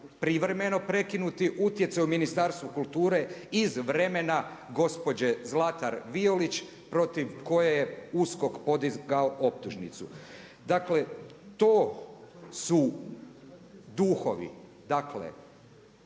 privremeno prekinuti utjecaj u Ministarstvu kulture iz vremena gospođe Zlatar Violić protiv koje je USKOK podizao optužnicu. Dakle, to su duhovi. Dakle,